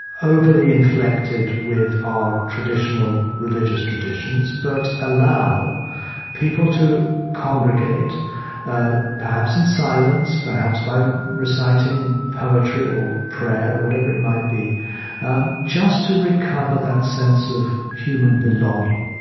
overly inflected with our traditional religious traditions but allow people to congregate ah perhaps in silence perhaps by reciting poetry or prayer or whatever it might be um just to recover that sense of human belonging